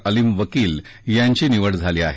अलीम वकील यांची निवड झाली आहे